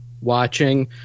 watching